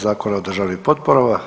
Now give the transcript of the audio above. Zakona o državnim potporama.